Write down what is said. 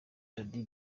dady